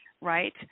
right